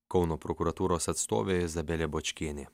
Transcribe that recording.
kauno prokuratūros atstovė izabelė bočkienė